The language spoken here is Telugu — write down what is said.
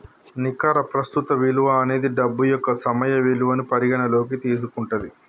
నికర ప్రస్తుత విలువ అనేది డబ్బు యొక్క సమయ విలువను పరిగణనలోకి తీసుకుంటది